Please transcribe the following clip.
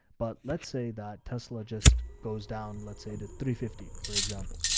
but let's say that tesla just goes down, let's say to three fifty, for example.